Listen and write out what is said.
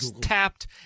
tapped